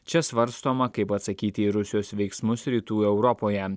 čia svarstoma kaip atsakyti į rusijos veiksmus rytų europoje